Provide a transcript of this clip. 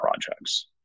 projects